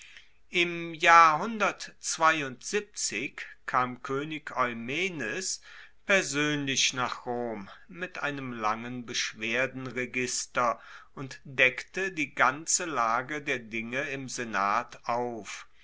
im jahr kam koenig eumenes persoenlich nach rom mit einem langen beschwerdenregister und deckte die ganze lage der dinge im senat auf